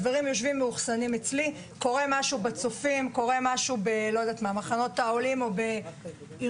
הדברים מאוחסנים אצלי ואם קורה משהו בצופים או במחנות העולים או בארגון